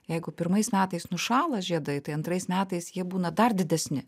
jeigu pirmais metais nušąla žiedai tai antrais metais jie būna dar didesni